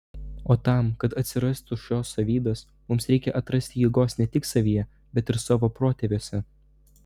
o tam kad atsirastų šios savybės mums reikia atrasti jėgos ne tik savyje bet ir savo protėviuose